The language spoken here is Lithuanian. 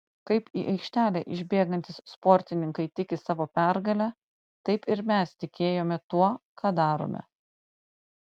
kaip į aikštelę išbėgantys sportininkai tiki savo pergale taip ir mes tikėjome tuo ką darome